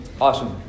Awesome